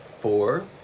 four